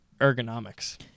ergonomics